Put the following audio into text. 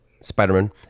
Spider-Man